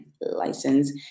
license